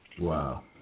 Wow